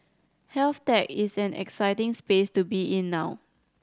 health tech is an exciting space to be in now